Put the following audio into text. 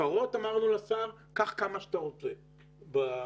אמרנו לשר: קח כמה שאתה רוצה כותרות,